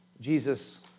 Jesus